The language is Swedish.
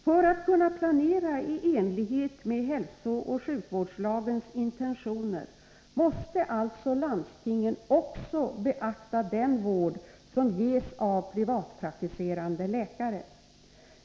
För att kunna planera i enlighet med hälsooch sjukvårdslagens intentioner måste alltså landstingen också beakta den vård som ges av privatpraktiserande läkare.